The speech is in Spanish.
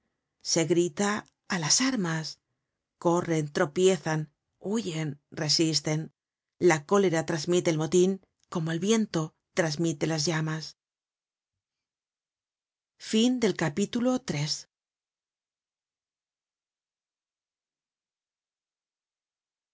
se grita á las armas corren tropiezan huyen resisten la cólera trasmite el motin como el viento trasmite las llamas content from